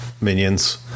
Minions